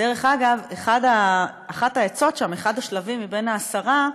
דרך אגב, אחת העצות שם, אחד השלבים מהעשרה,